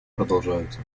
продолжаются